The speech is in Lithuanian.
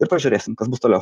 ir pažiūrėsim kas bus toliau